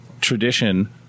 tradition